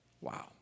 Wow